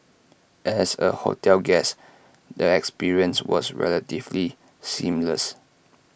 as A hotel guest the experience was relatively seamless